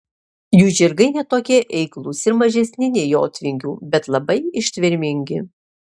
jų žirgai ne tokie eiklūs ir mažesni nei jotvingių bet labai ištvermingi